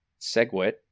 Segwit